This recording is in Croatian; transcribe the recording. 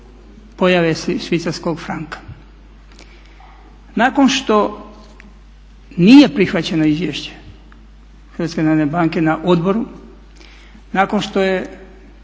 pojave švicarskog franka. Nakon što nije prihvaćeno izvješće HNB-a na odboru, nakon što su